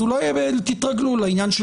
אז אולי גם תתרגלו לעניין של